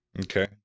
okay